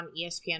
ESPN